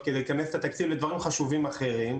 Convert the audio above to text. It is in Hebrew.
כדי לכנס את התקציב לדברים חשובים אחרים.